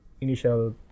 initial